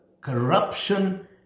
corruption